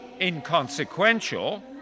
inconsequential